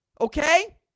okay